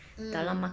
mm